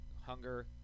hunger